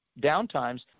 downtimes